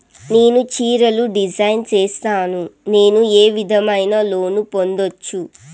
నేను చీరలు డిజైన్ సేస్తాను, నేను ఏ విధమైన లోను పొందొచ్చు